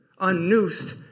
Unnoosed